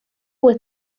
with